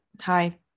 hi